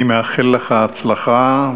אני מאחל לך הצלחה,